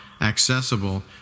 accessible